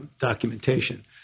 documentation